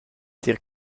tier